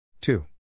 Two